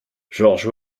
george